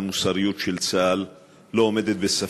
המוסריות של צה"ל לא עומדת בספק,